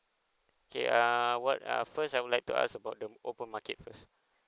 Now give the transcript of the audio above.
okay err what are first I would like to ask about the open market first